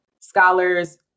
scholars